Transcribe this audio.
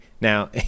now